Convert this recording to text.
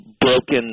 broken